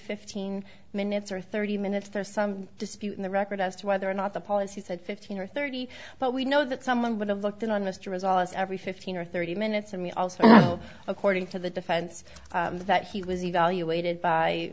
fifteen minutes or thirty minutes there's some dispute in the record as to whether or not the policy said fifteen or thirty but we know that someone would have looked in on mr results every fifteen or thirty minutes and we also know according to the defense that he was evaluated by